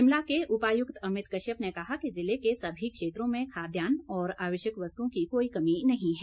शिमला के उपायुक्त अमित कश्यप ने कहा कि जिले के सभी क्षेत्रों में खाद्यान्न और आवश्यक वस्तुओं की कोई कमी नहीं है